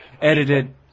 edited